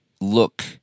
look